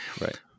Right